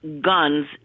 guns